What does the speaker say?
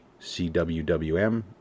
cwwm